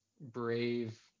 brave